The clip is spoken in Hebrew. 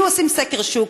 היו עושים סקר שוק,